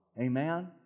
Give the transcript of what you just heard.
Amen